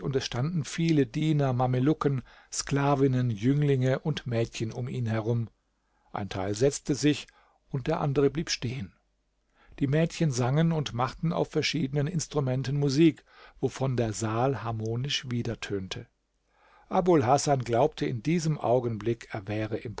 es standen viele diener mamelucken sklavinnen jünglinge und mädchen um ihn herum ein teil setzte sich und der andere blieb stehen die mädchen sangen und machten auf verschiedenen instrumenten musik wovon der saal harmonisch wiedertönte abul hasan glaubte in diesem augenblick er wäre